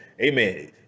amen